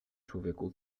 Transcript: człowieku